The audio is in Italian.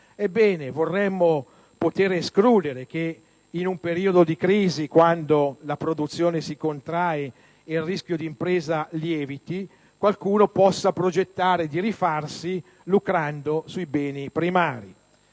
Ebbene, vorremmo poter escludere che in un periodo di crisi, quando la produzione si contrae e il rischio di impresa lievita, qualcuno possa progettare di rifarsi lucrando sui beni primari.